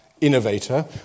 innovator